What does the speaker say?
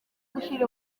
gushyira